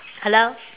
hello